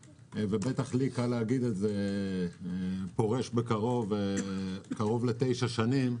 קל לי להגיד את זה כי אני פורש בקרוב אחרי כתשע שנים,